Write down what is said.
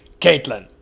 Caitlin